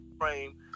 frame